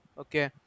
okay